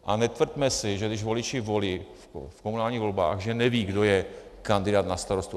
A netvrďme si, že když voliči volí v komunálních volbách, že nevědí, kdo je kandidát na starostu.